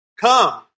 Come